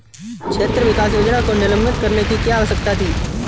क्षेत्र विकास योजना को निलंबित करने की क्या आवश्यकता थी?